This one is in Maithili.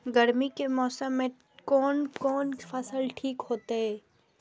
गर्मी के मौसम में कोन कोन फसल ठीक होते?